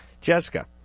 Jessica